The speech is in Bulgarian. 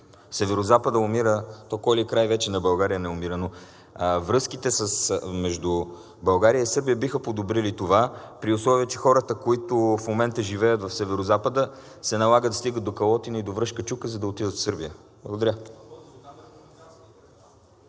Северозападът умира, то кой ли край на България вече не умира, но връзките между България и Сърбия биха се подобрили, при условие че хората, които в момента живеят в Северозапада, се налага да стигат до „Калотина“ и до „Връшка чука“, за да отидат в Сърбия. Благодаря.